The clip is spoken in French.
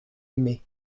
aimé